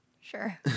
Sure